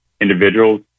individuals